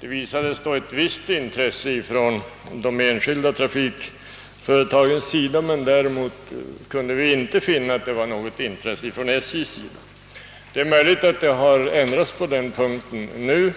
De enskilda trafikföretagen ådagalade ett visst intresse, men däremot kunde vi inte finna att det förelåg något intresse inom SJ. Det är möjligt att det nu skett en ändring på den punkten.